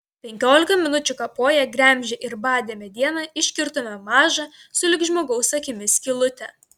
penkiolika minučių kapoję gremžę ir badę medieną iškirtome mažą sulig žmogaus akimi skylutę